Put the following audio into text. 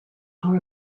are